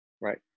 Right